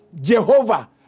Jehovah